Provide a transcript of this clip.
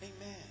amen